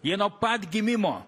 jie nuo pat gimimo